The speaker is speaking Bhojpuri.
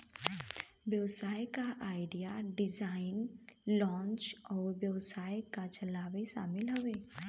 व्यवसाय क आईडिया, डिज़ाइन, लांच अउर व्यवसाय क चलावे शामिल हउवे